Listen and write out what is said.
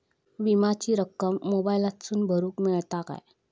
विमाची रक्कम मोबाईलातसून भरुक मेळता काय?